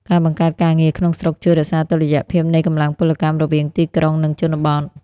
ការបង្កើតការងារក្នុងស្រុកជួយរក្សាតុល្យភាពនៃកម្លាំងពលកម្មរវាងទីក្រុង និងជនបទ។